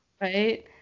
Right